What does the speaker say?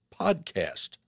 podcast